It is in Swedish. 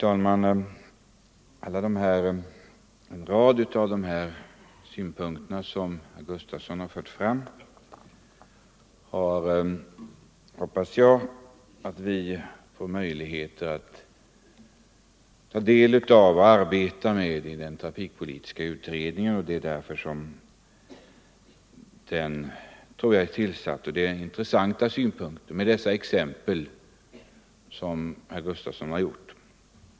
Herr talman! Jag hoppas att vi i den trafikpolitiska utredningen får möjlighet att ta del av och arbeta med alla de synpunkter som herr Gus = Nr 128 tafson i Göteborg fört fram. Det är för sådant utredningen är tillsatt. Tisdagen den Herr Gustafsons synpunkter och alla hans exempel är verkligen mycket 26 november 1974 intressanta.